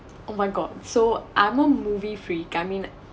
oh my god so I'm a movie freak I mean